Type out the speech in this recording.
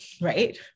right